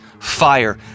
fire